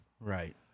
right